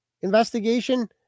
investigation